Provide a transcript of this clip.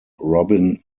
robin